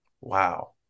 wow